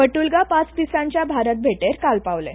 बट्रलगा पांच दिसांचे भारत भेटेर काल पावले